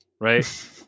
right